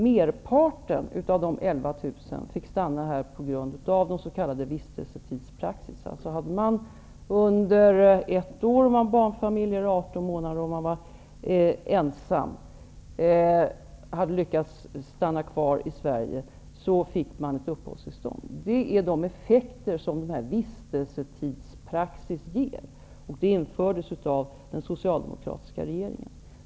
Merparten av de 11 000 fick stanna här på grund av s.k. vistelsetidspraxis, dvs. hade man lyckats stanna kvar i Sverige under ett år, om det var en barnfamilj, eller 18 månader, om man var ensam, fick man ett uppehållstillstånd. Det är den effekt som vistelsetidspraxis ger, och den infördes av den socialdemokratiska regeringen.